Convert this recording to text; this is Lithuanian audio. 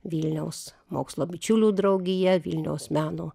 vilniaus mokslo bičiulių draugija vilniaus meno